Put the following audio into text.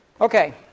Okay